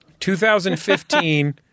2015